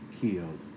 Killed